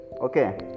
Okay